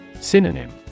Synonym